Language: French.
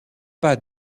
pas